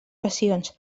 passions